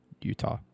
Utah